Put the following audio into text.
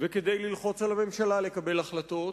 וכדי ללחוץ על הממשלה לקבל החלטות,